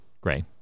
Gray